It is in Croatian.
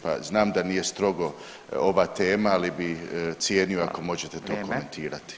Pa znam da nije strogo ova tema, ali bih cijenio ako možete to komentirati.